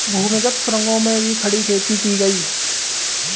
भूमिगत सुरंगों में भी खड़ी खेती की गई